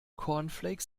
cornflakes